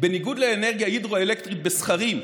בניגוד לאנרגיה הידרו-אלקטרית בסכרים,